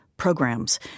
programs